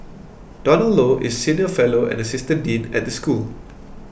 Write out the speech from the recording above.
Donald Low is senior fellow and assistant dean at the school